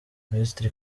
minisitiri